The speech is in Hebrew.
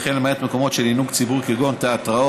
וכן למעט מקומות של עינוג ציבורי כגון תיאטראות